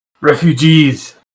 Refugees